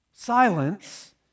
Silence